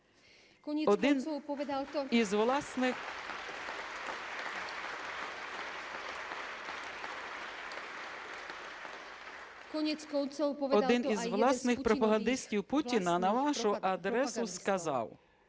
Один із власних пропагандистів Путіна на вашу адресу сказав: